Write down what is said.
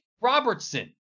Robertson